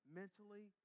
mentally